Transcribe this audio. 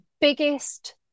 biggest